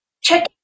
check